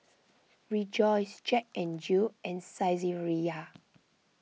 Rejoice Jack N Jill and Saizeriya